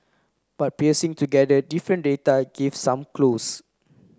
but piecing together different data gives some clues